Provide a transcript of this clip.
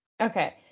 Okay